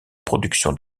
production